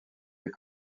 fait